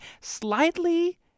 slightly